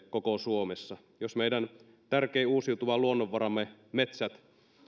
koko suomessa jos meidän tärkein uusiutuva luonnonvaramme metsät